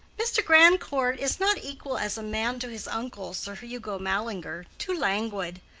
mr. grandcourt is not equal as a man to his uncle, sir hugo mallinger too languid.